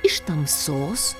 iš tamsos